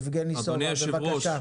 יבגני סובה, בבקשה.